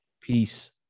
Peace